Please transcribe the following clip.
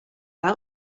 out